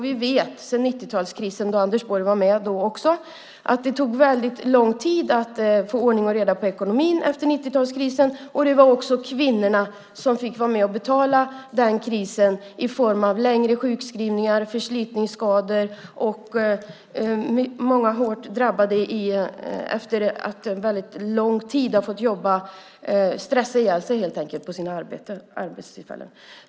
Vi vet sedan 90-talskrisen, och Anders Borg var med då också, att det tog väldigt lång tid att få ordning och reda på ekonomin. Det var också kvinnorna som fick vara med och betala den krisen i form av längre sjukskrivningar och förslitningsskador. Det var många som blev hårt drabbade efter att under väldigt lång tid ha fått jobba hårt och helt enkelt stressa ihjäl sig på sina arbeten.